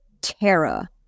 Terra